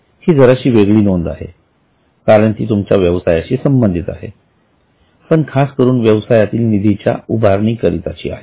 ही जराशी वेगळी नोंद आहे कारण ती तुमच्या व्यवसायाशी संबंधित आहे पण खास करून व्यवसायातील निधीच्या उभारणी करिताची आहे